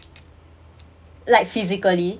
like physically